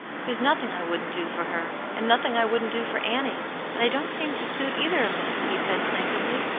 there's nothing i wouldn't do for her, and nothing i wouldn't do for annie but i don't seem to suit either of them, he said, plaintively.